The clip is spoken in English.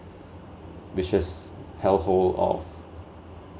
which is helpful of